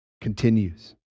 continues